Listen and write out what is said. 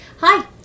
Hi